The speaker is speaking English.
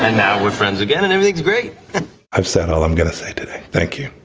and now we're friends again and everything's great i've said all i'm going to say today. thank you.